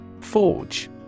Forge